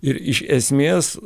ir iš esmės